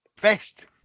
best